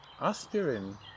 aspirin